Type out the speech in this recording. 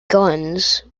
guns